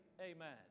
amen